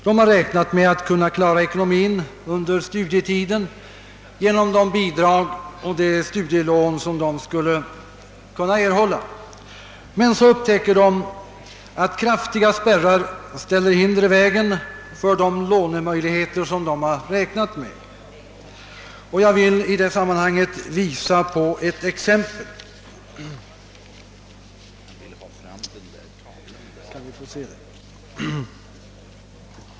De har räknat med att kunna klara ekonomin under studietiden genom de bidrag och de studielån som de skulle kunna erhålla, men så upptäcker de att kraftiga spärrar lägger hinder i vägen för de lånemöjligheter som de har räknat med. Låt mig, herr talman, anföra ett exempel.